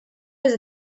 does